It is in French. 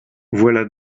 voilà